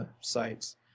sites